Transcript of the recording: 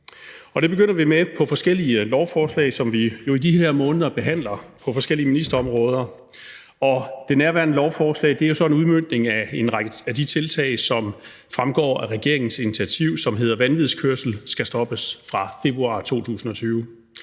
Det begynder vi med via forskellige lovforslag, som vi jo i de her måneder behandler på forskellige ministerområder. Det nærværende lovforslag er så en udmøntning af en række af de tiltag, som fremgår af regeringens initiativ fra februar 2020, som hedder »Vanvidskørsel skal stoppes«. Formålet